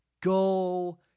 Go